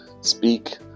Speak